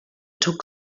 took